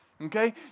Okay